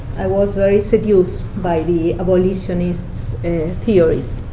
i was very seduced by the abolitionist theories.